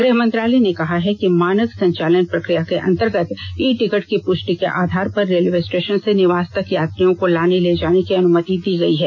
गृह मंत्रालय ने कहा है कि मानक संचालन प्रक्रिया के अंतर्गत ई टिकट की पुष्टि के आधार पर रेलवे स्टेशन से निवास तक यात्रियों को लाने ले जाने की अनुमति दी गई है